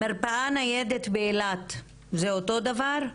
מרפאה ניידת באילת, זה אותו דבר?